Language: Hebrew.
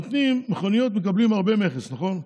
במכוניות מקבלים הרבה מכס, נכון?